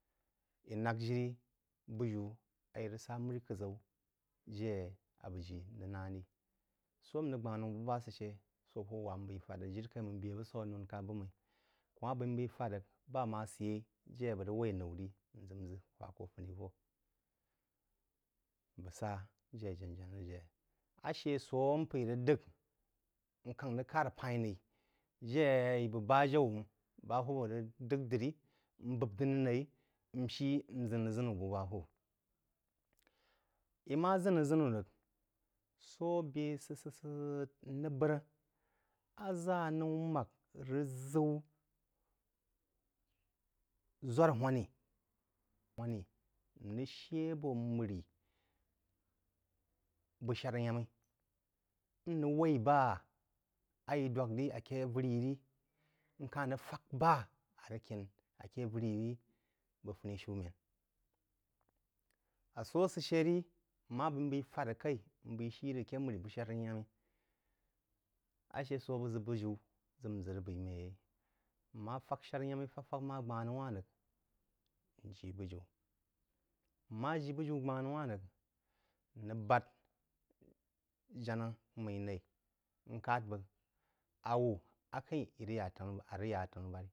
Ī lāg jiri bujiú ā í rəg sá məń-khəʒaú je bəg ji n naá rí. Sō á n rəg gbān noū bú bá sə shə, sō hwūb wá-mmí b’aī fād rəg jiri-kaí máng bē busaí n b’aí fād rəg, bá á má sə yeí je a bəg waí noù rī, n ʒək n ʒə hwa kō a funi-vō, bəg sá je jána-jáná rəg jé. Ashə sō n peī rəg d’əgh n káng rəg kár p’aí naí jé í bəg ba-jau mmí bá hwūb rəg d’əgh diri n̄ bām diri nai n shí n ʒəm aʒənu bú bá hwúb. Í má ʒən aʒənu rəg, sō bē sə sə səsə n rəg bār-aaʒá anoū mák, rəg ʒəu ʒwar-hūnni, n rəg shə abō mərí bəg shár-y’amí, n rəg waí ba a í dwak rí aké avərí yí tí, n ka-h rəg fák ba á rəg kyən aké avərí yi ri bəg fúnīishúmēn ā sō asə shə ī, n ma b’aī n b’aī fād rəg kaī n baī shī rəg akē mərí bəg shár y’amí, ashə sō á bəg ʒək bujiú n ʒə rəg b’eī mē yeí, n ma fál shár-y’amí fak fák má gbānuwā rəg n jí bújiú, n má jí bujiú gbànuwá rəg, n rəg bād jáná-mmí naí n kād bəg “awú ak’ə-í í rəg yá tanu-bu-barí-a rəg yá tanu-bu-barī.